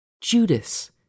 Judas